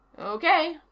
Okay